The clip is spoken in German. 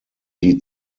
sie